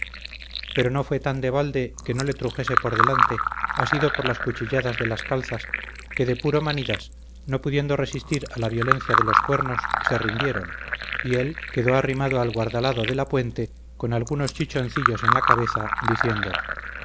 pero no fué tan de balde que no le trujese por delante asido por las cuchilladas de las calzas que de puro manidas no pudiendo resistir a la violencia de los cuernos se rindieron y él quedó arrimado al guardalado de la puente con algunos chichoncillos en la cabeza diciendo